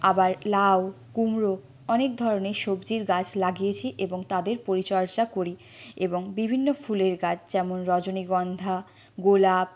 আবার লাউ কুমড়ো অনেক ধরনের সবজির গাছ লাগিয়েছি এবং তাদের পরিচর্যা করি এবং বিভিন্ন ফুলের গাছ যেমন রজনীগন্ধা গোলাপ